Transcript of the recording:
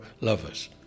lovers